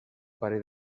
parell